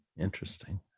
Interesting